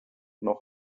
noch